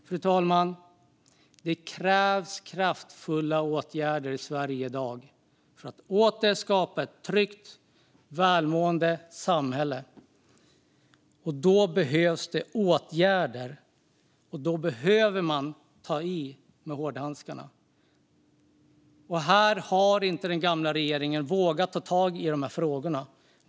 Fru talman! Det krävs kraftfulla åtgärder i Sverige i dag för att åter skapa ett tryggt, välmående samhälle. Då behövs åtgärder. Och då behöver man ta i med hårdhandskarna. Den gamla regeringen har inte vågat ta tag i dessa frågor.